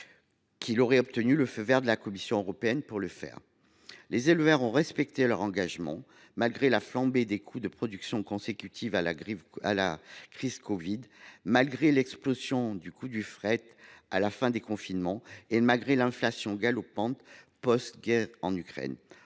qu’il aurait obtenu le feu vert de la Commission européenne. Les éleveurs ont respecté leur engagement malgré la flambée des coûts de production consécutive à la crise de la covid 19, l’explosion du coût du fret à la fin des confinements et l’inflation galopante post guerre en Ukraine.